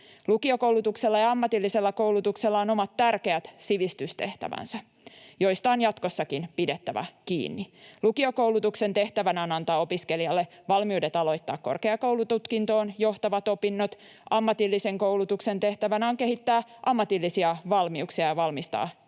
Lukiokoulutuksella ja ammatillisella koulutuksella on omat tärkeät sivistystehtävänsä, joista on jatkossakin pidettävä kiinni. Lukiokoulutuksen tehtävänä on antaa opiskelijalle valmiudet aloittaa korkeakoulututkintoon johtavat opinnot. Ammatillisen koulutuksen tehtävänä on kehittää ammatillisia valmiuksia ja valmistaa työelämään.